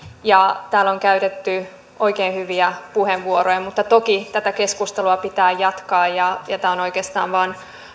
täällä on käytetty oikein hyviä puheenvuoroja mutta toki tätä keskustelua pitää jatkaa ja ja tämä on oikeastaan vain